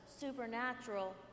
supernatural